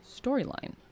storyline